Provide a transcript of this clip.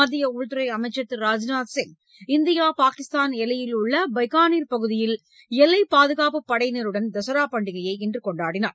மத்திய உள்துறை அமைச்சர் திரு ராஜ்நாத் சிங் இந்தியா பாகிஸ்தான் எல்லையில் உள்ள பைக்கானிர் பகுதியில் எல்லைப் பாதுகாப்புப் படையினருடன் தசரா பண்டிகையை இன்று கொண்டாடினார்